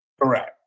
correct